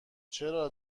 چرا